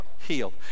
healed